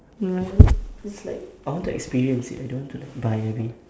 like it's like I want to experience it I don't want to like buy and we